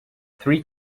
three